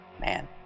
Man